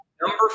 Number